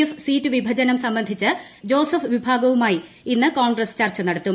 F seat വിഭജനം സംബന്ധിച്ച് Joseph വിഭാഗവുമായി ഇന്ന് കോൺഗ്രസ് ചർച്ച നടത്തും